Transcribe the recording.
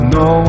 no